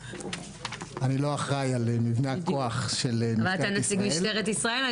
אני לא אחראי על מבנה הכוח של משטרת ישראל.